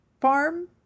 farm